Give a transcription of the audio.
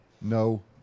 No